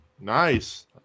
Nice